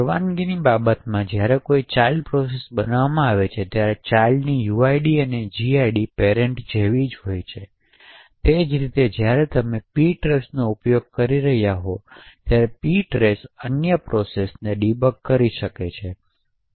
પરવાનગીની બાબતમાં જ્યારે કોઈ ચાઇલ્ડ પ્રોસેસ બનાવવામાં આવે છે ત્યારે ચાઇલ્ડની uid અને gid પેરેંટ જેવી જ હોય છે તે જ રીતે જ્યારે તમે ptrace નો ઉપયોગ કરી રહ્યાં હોવ ત્યારે ptrace અન્ય પ્રોસેસને ડીબગ કરી શકે છે